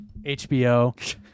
HBO